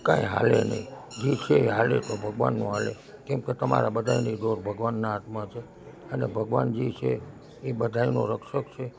કંઈ ચાલે નહીં જે છે એ ચાલે તો ભગવાનનું ચાલે કેમકે તમારા બધાની દોર ભગવાનના હાથમાં છે અને ભગવાન જે છે એ બધાયનો રક્ષક છે